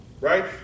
right